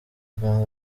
uganda